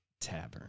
Tavern